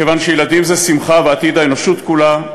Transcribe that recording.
מכיוון שילדים זה שמחה ועתיד האנושות כולה,